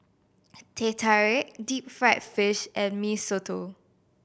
Teh Tarik deep fried fish and Mee Soto